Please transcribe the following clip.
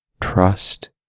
trust